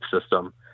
system